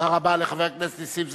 תודה רבה לחבר הכנסת נסים זאב.